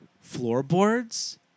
floorboards